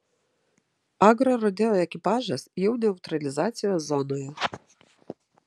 agrorodeo ekipažas jau neutralizacijos zonoje